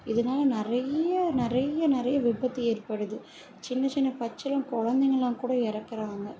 இதனால நிறைய நிறைய நிறைய விபத்து ஏற்படுது சின்ன சின்ன பச்சிளம் கொழந்தைங்களாம் கூட இறக்குறாங்க